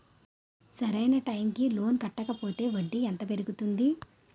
సరి అయినా టైం కి లోన్ కట్టకపోతే వడ్డీ ఎంత పెరుగుతుంది?